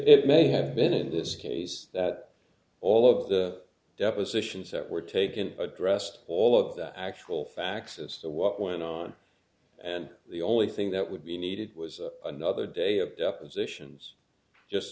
may have been in this case that all of the depositions that were taken addressed all of the actual facts as to what went on and the only thing that would be needed was a nother day of depositions just